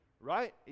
right